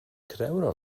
creure